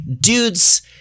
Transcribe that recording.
Dudes